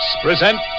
present